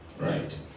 Right